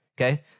okay